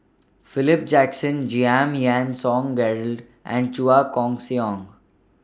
Philip Jackson Giam Yean Song Gerald and Chua Koon Siong